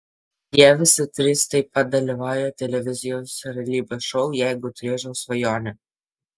jie visi trys taip pat dalyvauja televizijos realybės šou jeigu turėčiau svajonę